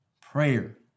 prayer